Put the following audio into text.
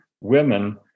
women